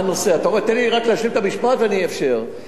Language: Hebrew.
תן לי רק להשלים את המשפט, ואני אאפשר.